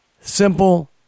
Simple